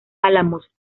álamos